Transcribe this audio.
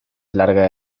larga